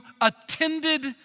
attended